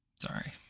Sorry